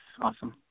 awesome